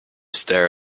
stare